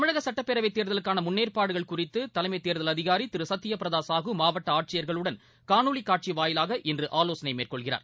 தமிழக சட்டப்பேரவைத் தேர்தலுக்கான முன்னேற்பாடுகள் குறித்து தலைமை தேர்தல் அதிகாரி திரு சத்ய பிரதா சாஹு மாவட்ட ஆட்சியர்களுடன் காணொலி காட்சி வாயிலாக இன்று ஆலோசனை மேற்கொள்கிறார்